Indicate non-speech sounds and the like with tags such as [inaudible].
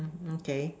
[noise] okay